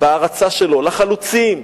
בהערצה שלו לחלוצים,